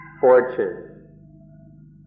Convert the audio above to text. fortune